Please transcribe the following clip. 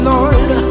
Lord